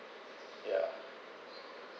ya